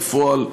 בפועל,